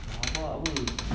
!wah! power